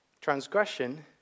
Transgression